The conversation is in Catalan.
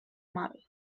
mal